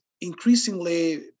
increasingly